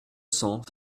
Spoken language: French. cents